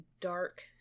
dark